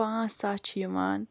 پانٛژھ ساس چھِ یِوان